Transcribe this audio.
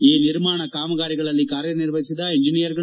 ಈ ನಿರ್ಮಾಣ ಕಾಮಗಾರಿಗಳಲ್ಲಿ ಕಾರ್ಯನಿರ್ವಹಿಸಿದ ಎಂಜೆನಿಯರುಗಳು